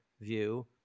view